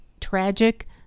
tragic